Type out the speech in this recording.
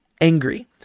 angry